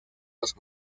los